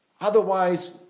otherwise